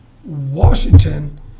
washington